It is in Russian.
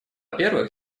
первых